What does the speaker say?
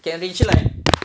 can reach like